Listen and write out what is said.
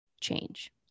change